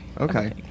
Okay